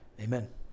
Amen